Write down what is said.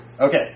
Okay